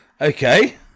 Okay